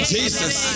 Jesus